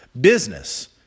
business